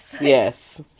Yes